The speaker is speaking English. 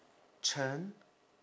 chen